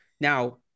Now